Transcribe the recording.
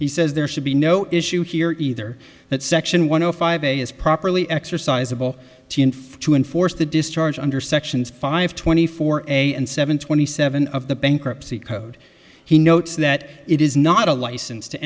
he says there should be no issue here either that section one o five a is properly exercisable to enforce the discharge under sections five twenty four and seven twenty seven of the bankruptcy code he notes that it is not a license to